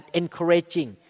encouraging